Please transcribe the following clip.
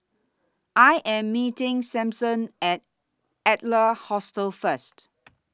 I Am meeting Sampson At Adler Hostel First